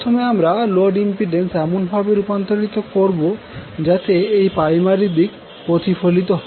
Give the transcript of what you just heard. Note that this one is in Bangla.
প্রথমে আমরা লোড ইম্পিড্যান্স এমনভাবে রূপান্তরিত করবো যাতে এটি প্রাইমারি দিকে প্রতিফলিত হয়